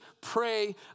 pray